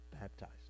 baptized